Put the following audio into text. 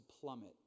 plummet